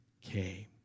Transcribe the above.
came